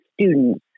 students